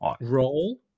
role